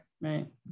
Right